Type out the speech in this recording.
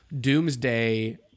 doomsday